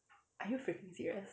are you freaking serious